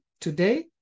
today